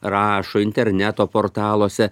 rašo interneto portaluose